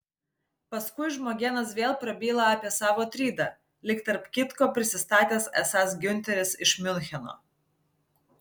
paskui žmogėnas vėl prabyla apie savo trydą lyg tarp kitko prisistatęs esąs giunteris iš miuncheno